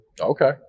Okay